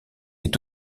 est